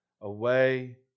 away